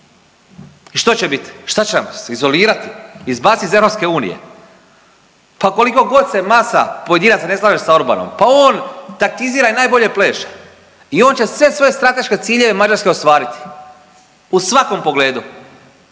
I što će biti? Šta će nas izolirati, izbaciti iz EU? Pa koliko god se masa pojedinaca ne znaju sa Orbanom, pa on taktizira i najbolje pleše i on će sve svoje strateške ciljeve Mađarske ostvariti u svakom pogledu.